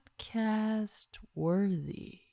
podcast-worthy